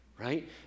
right